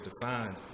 defined